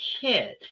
kid